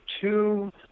two